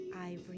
ivory